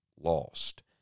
lost